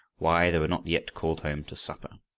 why they were not yet called home to supper.